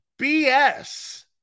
BS